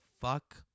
fuck